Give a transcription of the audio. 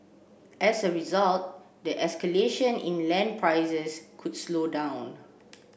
as a result the escalation in land prices could slow down